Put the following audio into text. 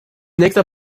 nächster